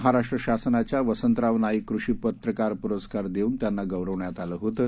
महाराष्ट्र शासनाच्या वसंतराव नाईक कृषी पत्रकार पुरस्कार देऊन त्यांना गौरवण्यात आलं होतं